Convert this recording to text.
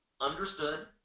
understood